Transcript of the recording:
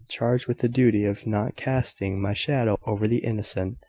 charged with the duty of not casting my shadow over the innocent,